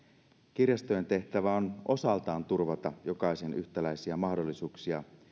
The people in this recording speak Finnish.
kirjastojen tehtävä on osaltaan turvata jokaisen yhtäläisiä mahdollisuuksia